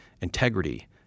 integrity